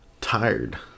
tired